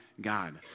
God